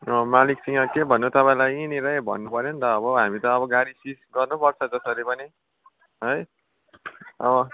मालिकसँग के भन्नु तपाईँलाई यहाँनिर भन्नु पऱ्यो अन्त अब हामी त अब गाडी सिस गर्नु पर्छ जसरी पनि है अब